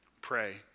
Pray